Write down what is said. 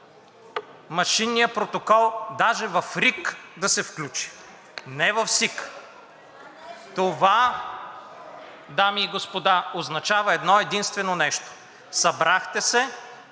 машинният протокол даже в РИК да се включи – не в СИК. (Реплики.) Това, дами и господа, означава едно-единствено нещо – събрахте се,